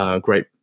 great